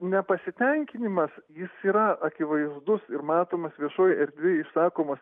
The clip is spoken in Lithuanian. nepasitenkinimas jis yra akivaizdus ir matomas viešoj erdvėj išsakomas